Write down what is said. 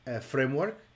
framework